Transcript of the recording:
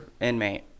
inmate